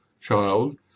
child